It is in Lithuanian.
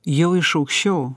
jau iš aukščiau